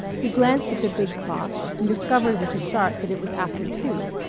he glanced at the big clock and discovered with a start that it was after two.